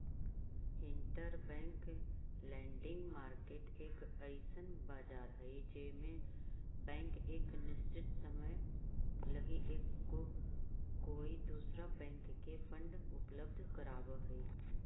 interbank lending market एक अइसन बाजार हई जे में बैंक एक निश्चित समय लगी एक कोई दूसरा बैंक के फंड उपलब्ध कराव हई